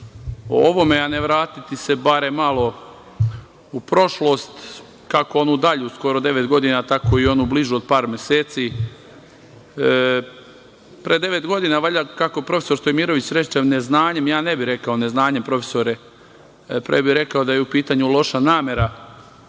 o ovome a ne vratiti se barem malo u prošlost kako onu dalju skoro devet godina, tako i onu bližu od par meseci. Pre devet godina valjda kako profesor gospodin Stojimirović reče neznanjem, ja ne bih rekao neznanjem profesore, pre bih rekao da je u pitanju loša namera,